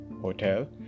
hotel